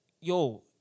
yo